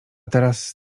teraz